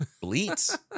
Bleats